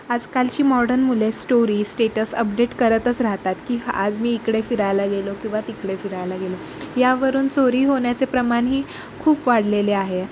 आजकालची मॉडर्न मुले story status update करतच राहतात की आज मी इकडे फिरायला गेलो किंवा तिकडे फिरायला गेलो यावरून चोरी होण्याचे प्रमाण ही खूप वाढलेले आहे